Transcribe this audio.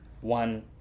one